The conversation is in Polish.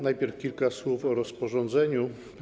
Najpierw kilka słów o rozporządzeniu.